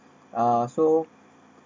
uh so